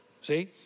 See